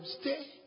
stay